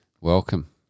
Welcome